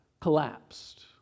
collapsed